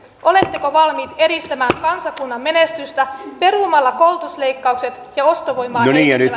oletteko valmiit edistämään kansakunnan menestystä perumalla koulutusleikkaukset ja ostovoimaa